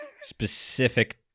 specific